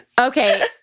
Okay